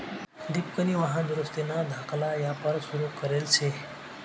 दिपकनी वाहन दुरुस्तीना धाकला यापार सुरू करेल शे